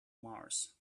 mars